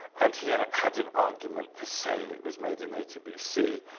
and he and had an argument for saying it was made in eighty bc,